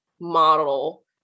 model